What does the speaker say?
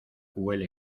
huele